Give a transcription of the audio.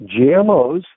GMOs